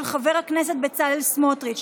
של חבר הכנסת בצלאל סמוטריץ'.